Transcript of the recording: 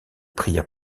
prières